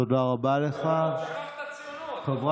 אתה יודע רק איפה הכנסת,